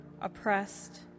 oppressed